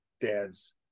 dad's